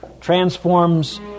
transforms